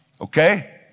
okay